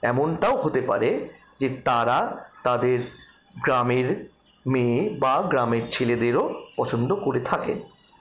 এমনটাও হতে পারে যে তারা তাদের গ্রামের মেয়ে বা গ্রামের ছেলেদেরও পছন্দ করে থাকেন